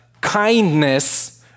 kindness